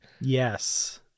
Yes